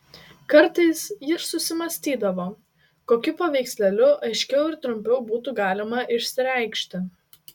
kartais jis susimąstydavo kokiu paveikslėliu aiškiau ir trumpiau būtų galima išsireikšti